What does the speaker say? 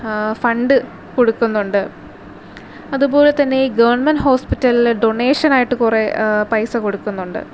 fund കൊടുക്കുന്നുണ്ട് അതുപോലെ തന്നെ ഈ ഗവൺമെൻറ്റ് ഹോസ്പിറ്റലില് ഡൊണേഷനായിട്ട് കുറെ പൈസ കൊടുക്കുന്നുണ്ട്